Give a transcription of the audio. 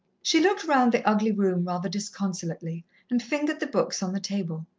she looked round the ugly room rather disconsolately and fingered the books on the table.